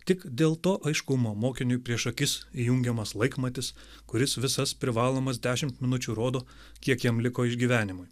tik dėl to aiškumo mokiniui prieš akis įjungiamas laikmatis kuris visas privalomas dešimt minučių rodo kiek jam liko išgyvenimui